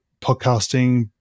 podcasting